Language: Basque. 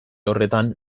horretan